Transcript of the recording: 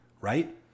right